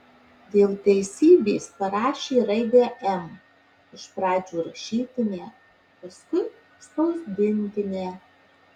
dėl teisybės parašė raidę m iš pradžių rašytinę paskui spausdintinę